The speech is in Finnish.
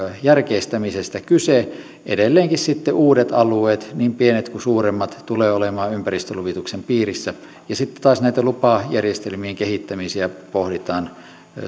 järkeistämisestä kyse edelleenkin sitten uudet alueet niin pienet kuin suuremmat tulevat olemaan ympäristöluvituksen piirissä ja sitten taas näitä lupajärjestelmien kehittämisiä pohditaan